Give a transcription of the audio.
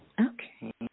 Okay